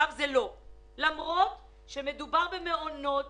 מדובר במעונות